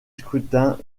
scrutin